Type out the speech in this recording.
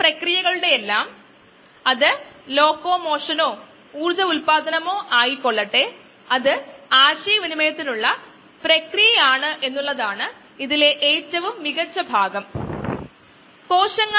നമ്മൾ ഗ്ലൂക്കോസിന്റെയും ലാക്ടോസിന്റെയും വിശകലനം നടത്തുമ്പോൾ ആദ്യം ഇവിടെ ഗ്ലൂക്കോസ് എടുക്കുകയും പിന്നീട് ലാക്ടോസ് ഉപഭോഗം ചെയ്യുകയും ചെയ്യുന്നു